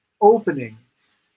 openings